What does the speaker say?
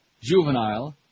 juvenile